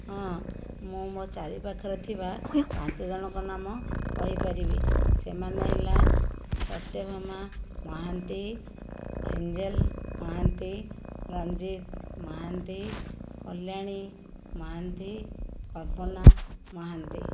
ହଁ ମୁଁ ମୋ ଚାରିପାଖରେ ଥିବା ପାଞ୍ଚଜଣଙ୍କ ନାମ କହିପାରିବି ସେମାନେ ହେଲା ସତ୍ୟଭାମା ମହାନ୍ତି ଆଞ୍ଜେଲ ମହାନ୍ତି ରଞ୍ଜିତ ମହାନ୍ତି କଲ୍ୟାଣୀ ମହାନ୍ତି କଳ୍ପନା ମହାନ୍ତି